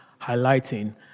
highlighting